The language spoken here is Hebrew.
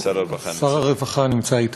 שר הרווחה נמצא.